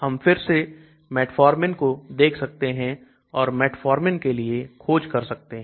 हम फिर से Metformin को देख सकते हैं और Metformin के लिए खोज कर सकते हैं